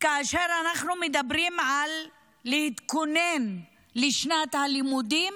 כשאנחנו מדברים על להתכונן לשנת הלימודים,